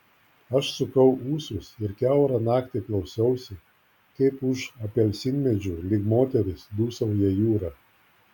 aš sukau ūsus ir kiaurą naktį klausiausi kaip už apelsinmedžių lyg moteris dūsauja jūra